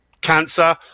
cancer